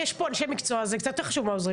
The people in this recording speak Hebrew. הנושא השלישי הוא פיתוח העוצמות האנושיות